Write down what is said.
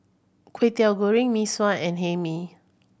Kwetiau Goreng Mee Sua and Hae Mee